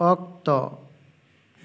ᱚᱠᱛᱚ